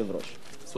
סוד כמוס.